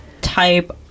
type